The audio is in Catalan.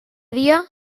dia